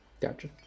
Gotcha